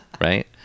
right